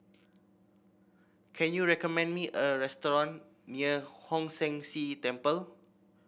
can you recommend me a restaurant near Hong San See Temple